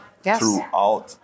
Throughout